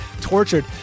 tortured